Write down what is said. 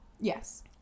Yes